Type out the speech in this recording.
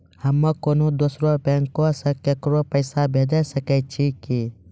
हम्मे कोनो दोसरो बैंको से केकरो पैसा भेजै सकै छियै कि?